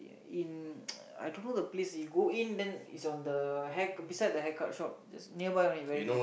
in I don't know the place you go in then is on the hair beside the haircut shop just nearby only very near